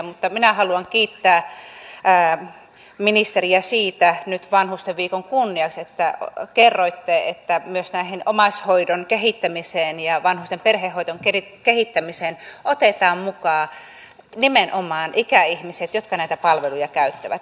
mutta minä haluan kiittää ministeriä nyt vanhusten viikon kunniaksi siitä että kerroitte että myös omaishoidon kehittämiseen ja vanhusten perhehoidon kehittämiseen otetaan mukaan nimenomaan ikäihmiset jotka näitä palveluja käyttävät